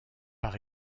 par